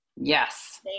Yes